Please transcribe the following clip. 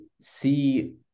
see